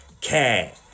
care